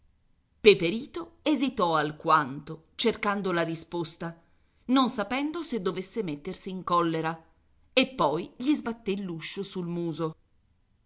cavaliere peperito esitò alquanto cercando la risposta non sapendo se dovesse mettersi in collera e poi gli sbatté l'uscio sul muso